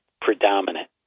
predominant